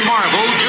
Marvel